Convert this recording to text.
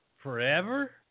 forever